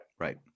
Right